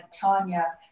Tanya